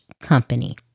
Company